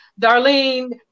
Darlene